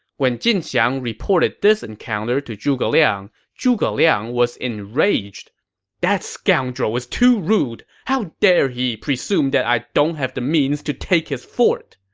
when jin xiang reported this encounter to zhuge liang, zhuge liang was enraged that scoundrel is too rude! how dare he presume that i don't have the means to take his fort!